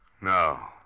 No